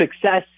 success